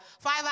five